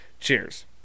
Cheers